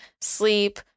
sleep